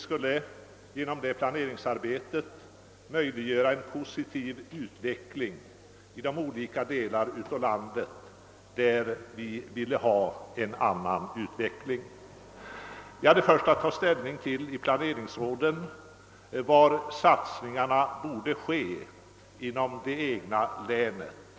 Genom detta planeringsarbete skulle en mer positiv utveckling möjliggöras i de olika delar av landet där detta ansågs önskvärt. Planeringsrådet hade först att ta ställning till frågan om var dessa satsningar borde sättas in i det egna länet.